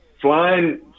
flying